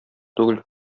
түгел